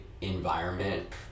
environment